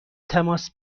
تماس